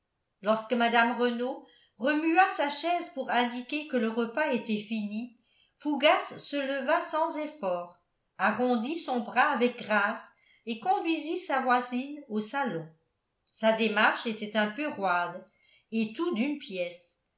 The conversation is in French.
lorsque mme renault remua sa chaise pour indiquer que le repas était fini fougas se leva sans effort arrondit son bras avec grâce et conduisit sa voisine au salon sa démarche était un peu roide et tout d'une pièce